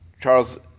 Charles